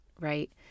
right